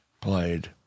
played